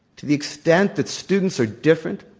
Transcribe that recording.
to the extent that students are different,